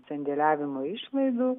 sandėliavimo išlaidų